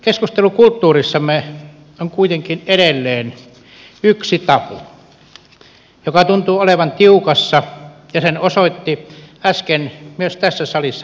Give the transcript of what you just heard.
keskustelukulttuurissamme on kuitenkin edelleen yksi tabu joka tuntuu olevan tiukassa ja sen osoitti äsken myös tässä salissa käyty debatti